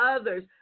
others